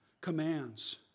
commands